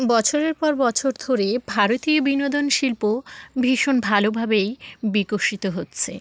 বছরের পর বছর ধরে ভারতীয় বিনোদন শিল্প ভীষণ ভালোভাবেই বিকশিত হচ্ছে